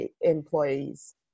employees